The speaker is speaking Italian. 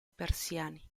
persiani